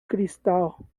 cristal